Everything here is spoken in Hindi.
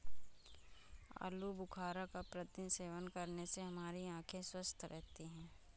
आलू बुखारा का प्रतिदिन सेवन करने से हमारी आंखें स्वस्थ रहती है